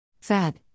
Fat